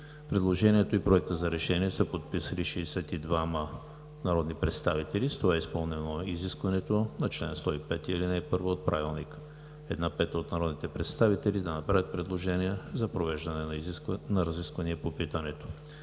Предложението и Проектът за решение са подписали 62-ма народни представители. С това е изпълнено изискването на чл. 105, ал. 1 от Правилника една пета от народните представители да направят предложение за провеждане на разисквания по питането.